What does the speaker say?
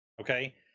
okay